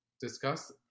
discuss